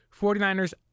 49ers